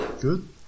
good